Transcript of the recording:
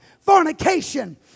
fornication